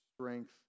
strength